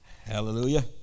Hallelujah